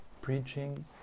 preaching